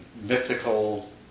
mythical